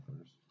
first